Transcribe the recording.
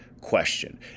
question